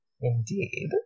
Indeed